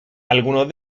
algunos